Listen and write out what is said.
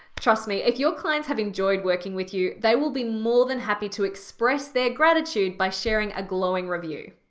trust me, if your clients have enjoyed working with you, they will be more than happy to express their gratitude by sharing a glowing review.